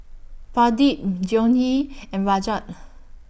Pradip Dhoni and Rajat